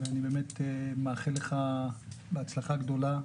אני מאחל לך בהצלחה גדולה.